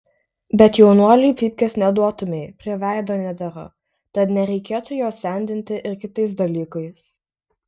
bet jaunuoliui pypkės neduotumei prie veido nedera tad nereikėtų jo sendinti ir kitais dalykais